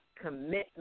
commitment